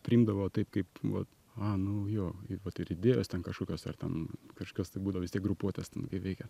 priimdavo taip kaip va a nu jo vat ir idėjos ten kažkokios ar ten kažkas tai būdavo vis tiek grupuotės kai veikė